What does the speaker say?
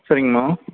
சரிங்கம்மா